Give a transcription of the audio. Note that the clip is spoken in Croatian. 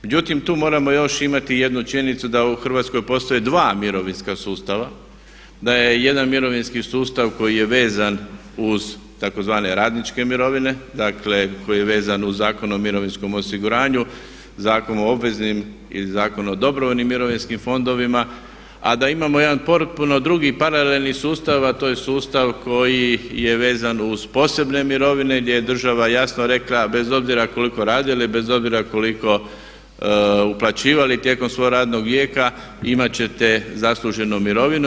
Međutim, tu moramo još imati i jednu činjenicu da u Hrvatskoj postoje dva mirovinska sustava, da je jedan mirovinski sustav koji je vezan uz tzv. radničke mirovine, dakle koji je vezan u Zakonu o mirovinskom osiguranju, Zakonu o obveznim i Zakonu o dobrovoljnim mirovinskim fondovima, a da imamo jedan potpuno drugi, paralelni sustav, a to je sustav koji je vezan uz posebne mirovine gdje je država jasno rekla bez obzira koliko radili, bez obzira koliko uplaćivali tijekom svog radnog vijeka imat ćete zasluženu mirovinu.